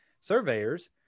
surveyors